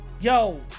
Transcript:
yo